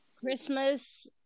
Christmas